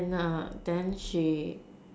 then then she